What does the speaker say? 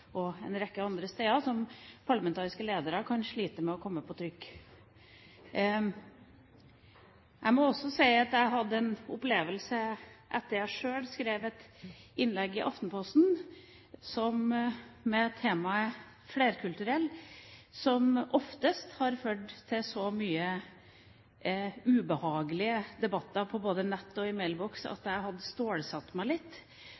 og en rekke andre steder der parlamentariske ledere kan slite med å komme på trykk. Jeg må også si at jeg hadde en opplevelse etter at jeg sjøl skrev et innlegg i Aftenposten med temaet flerkulturell. Som oftest har det ført til så mye ubehagelige debatter både på nett og i mailboks at jeg hadde stålsatt meg litt